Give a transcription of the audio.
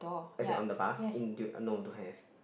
as in on the bar into or no to there